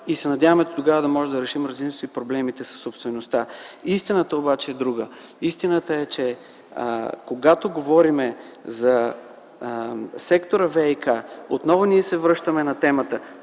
се дотогава да можем да решим, разбира се, и проблемите със собствеността. Истината обаче е друга. Истината е, че когато говорим за сектор „ВиК” отново се връщаме на темата